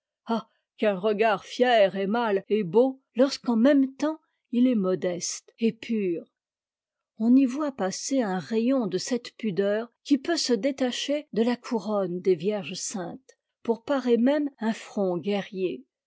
qu'un regard fier et mâle est beau lorsqu'en même temps il est modeste et pur on y voit passer un rayon de cette pudeur qui peut se détacher de la couronne des vierges saintes pour parer même un front guerrier